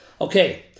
Okay